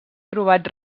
trobat